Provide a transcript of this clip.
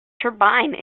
turbine